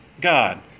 God